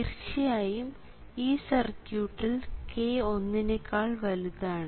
തീർച്ചയായും ഈ സർക്യൂട്ടിൽ k ഒന്നിനേക്കാൾ വലുതാണ്